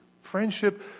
Friendship